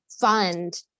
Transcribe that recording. fund